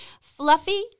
Fluffy